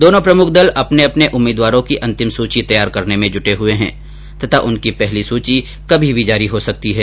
दोनो प्रमुख दल अपने अपने उम्मीदवारों की अंतिम सूची तैयार करने में जूटे हुये है तथा उनकी पहली सूची कभी भी जारी हो सकती है